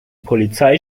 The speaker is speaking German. polizei